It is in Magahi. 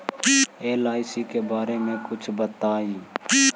एल.आई.सी के बारे मे कुछ बताई?